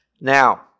Now